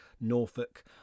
Norfolk